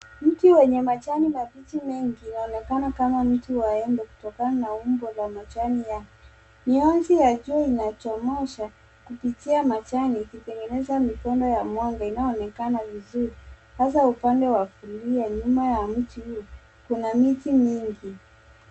Mti wenye majani mabichi mengi unaonekana kama mti wa embe kutokana na umbo ya majani yake. Miozi ya jua inachomoza kupitia majani ikitegeneza mikondo ya mwanga inayoonekana vizuri hasa upande wa kulia. Nyuma ya mti huu kuna miti mingi.